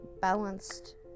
balanced